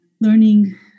learning